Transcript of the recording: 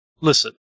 listen